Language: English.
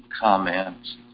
comments